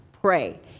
pray